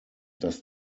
dass